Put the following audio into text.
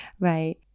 right